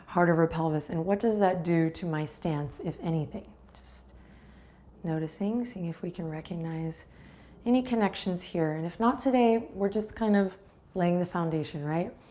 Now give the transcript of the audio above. heart over pelvis? and what does that do to my stance, if anything? just noticing, seeing if we can recognize any connections here. and if not today, we're just kind of laying the foundation